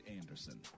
Anderson